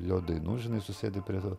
jo dainų žinai susėdę prie